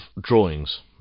drawings